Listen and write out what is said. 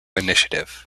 initiative